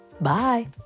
bye